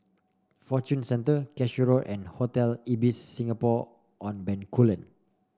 Fortune Centre Cashew Road and Hotel Ibis Singapore On Bencoolen